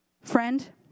friend